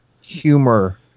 humor